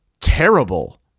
terrible